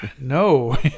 no